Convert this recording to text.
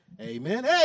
Amen